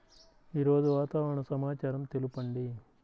ఈరోజు వాతావరణ సమాచారం తెలుపండి